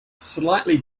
slightly